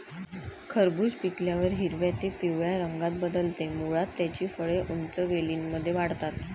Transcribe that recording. खरबूज पिकल्यावर हिरव्या ते पिवळ्या रंगात बदलते, मुळात त्याची फळे उंच वेलींमध्ये वाढतात